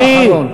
משפט אחרון.